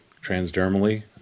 transdermally